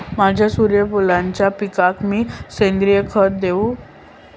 माझ्या सूर्यफुलाच्या पिकाक मी सेंद्रिय खत देवू?